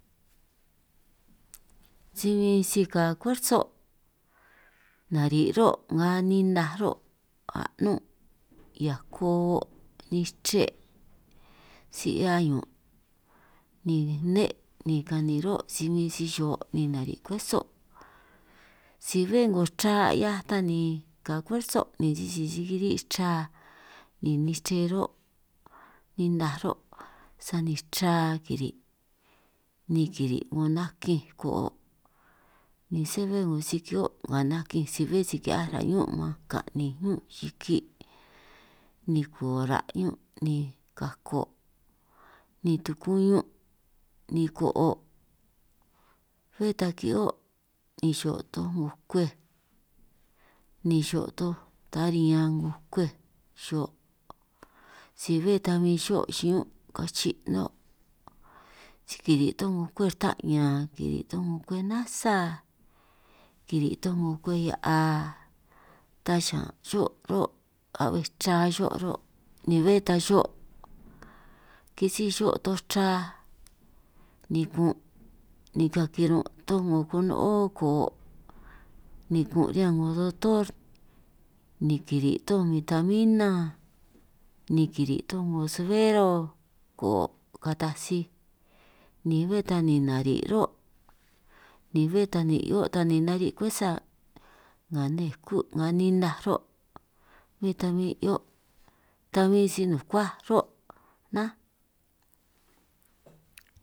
Si bin ka kwerso nari' ro' nga ninaj ro' anun' hiako' o' nichre si 'hia ñun', ni nne' ni kanin ro' si bin si xo' ni nari' kwerso si bé 'ngo chra 'hiaj ta ni ka kwerso, ni sisi si kiri' chra ni nichre ro' ninaj ro', sani chra kiri' ni kiri' 'ngo nakinj ko'o', ni sé bé 'ngo si kihio' nga nakinj si bé si kihiaj ra' ñun' man kaninj ñún chiki' ni kora' ñun' ni kako ni tukuñun' ni ko'o', bé ta ki'hio' ni xo' toj 'ngo kwej ni xo' toj ta riñan 'ngo kwej xo', si bé ta min xo' xiñún' kachi' 'no' si kiri' toj 'ngo kwej rta'ñan, kiri' toj 'ngo kwej nasa, kiri' toj 'ngo kwej hia'a uta xiñan xo' ro' a'bbej chra xo' ro', ni bé ta xo' kisíj xo' toj chra ni kun' ni ka'anj kirun' toj kono'ó ko'o', ni kun' riñan 'ngo dotor ni kiri' toj bitamina ni kiri' toj 'ngo suero ko'o', kataj sij ni bé ta ni nari' ró' ni bé ta ni 'hio' ni nari' kwersa nga nne kú' nga ninaj ro', bé ta min 'hio' tan bin si nukuaj ró' nnánj.